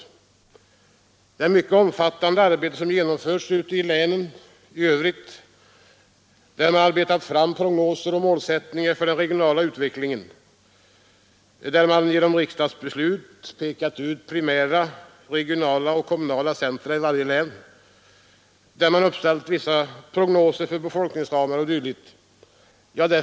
Efter det mycket omfattande arbete som genomförts ute i länen i övrigt — där man arbetat fram prognoser och målsättningar för den regionala utvecklingen, där genom riksdagsbeslut utpekats primära, regionala och kommunala centra i varje län, där man uppställt vissa prognoser för befolkningsramar o. d.